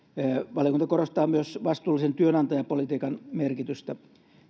valiokunta korostaa myös vastuullisen työnantajapolitiikan merkitystä